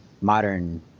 modern